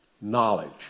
knowledge